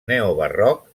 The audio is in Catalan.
neobarroc